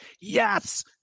yes